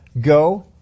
go